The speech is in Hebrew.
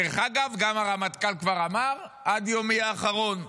דרך אגב, גם הרמטכ"ל כבר אמר: עד יומי האחרון.